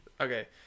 Okay